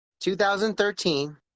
2013